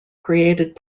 created